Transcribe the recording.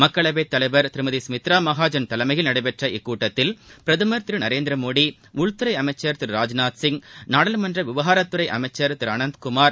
மக்களவைத் தலைவர் திருமதி கமித்ரா மகாஜன் தலைமையில் நடைபெற்ற இக்கூட்டத்தில் பிரதமர் திரு நரேந்திரமோடி உள்துறை அமைச்சர் திரு ராஜ்நாத் சிங் நாடாளுமன்ற விவகாரத்துறை அமைச்சர் திரு அனந்த்குமார்